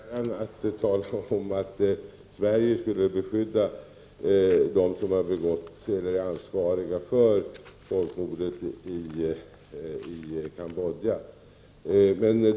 Fru talman! Det vore mig fjärran att påstå att Sverige skulle beskydda dem som är ansvariga för folkmordet i Kambodja.